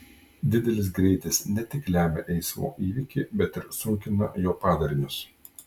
didelis greitis ne tik lemia eismo įvykį bet ir sunkina jo padarinius